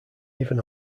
even